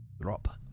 Drop